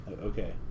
Okay